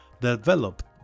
developed